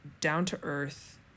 down-to-earth